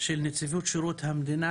של נציבות שירות המדינה,